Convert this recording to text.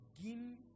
begin